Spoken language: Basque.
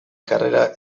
karrera